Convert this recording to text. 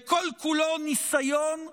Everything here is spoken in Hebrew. וכל-כולו ניסיון נלעג,